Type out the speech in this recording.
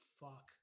fuck